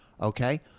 Okay